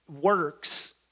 works